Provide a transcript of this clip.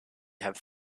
have